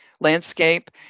landscape